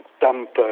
dump